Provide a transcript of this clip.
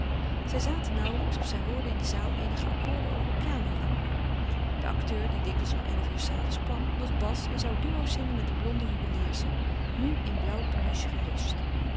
zij zaten nauwlijks of zij hoorden in de zaal eenige akkoorden over de piano rammelen de acteur die dikwijls om elf uur s avonds kwam was bas en zou duo's zingen met de blonde juweliersche nu in blauw peluche gedost